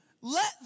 Let